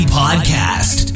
podcast